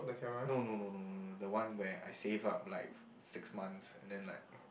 no no no no no the one where I save up like f~ six months and then like